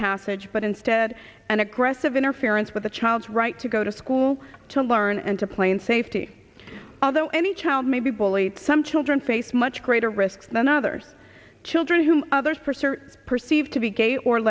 passage but instead an aggressive interference with a child's right to go to school to learn and to play in safety although any child may be bullied some children face much greater risks than others children whom others perceive or perceived to be gay or